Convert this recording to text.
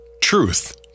Truth